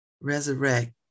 resurrect